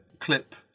clip